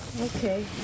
Okay